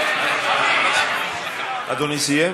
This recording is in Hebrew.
אדוני סיים?